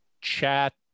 chat